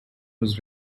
was